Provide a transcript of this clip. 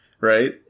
right